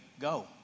go